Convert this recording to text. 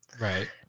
Right